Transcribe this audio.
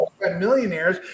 millionaires